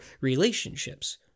relationships